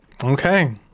Okay